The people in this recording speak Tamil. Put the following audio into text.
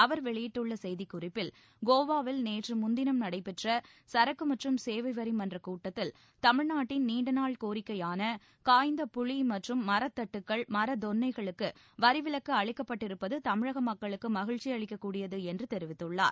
அவர் வெளியிட்டுள்ள செய்திக்குறிப்பில் கோவாவில் நேற்றுமுன்தினம் நடைபெற்ற சரக்கு மற்றும் சேவை வரி மன்றக் கூட்டத்தில் தமிழ்நாட்டின் நீண்டநாள் கோரிக்கையான காய்ந்த புளி மற்றும் மரத்தட்டுகள் மர தொன்னைகளுக்கு வரி விலக்கு அளிக்கப்பட்டிருப்பது தமிழக மக்களுக்கு மகிழ்ச்சி அளிக்கக் கூடியது என்று தெரிவித்துள்ளார்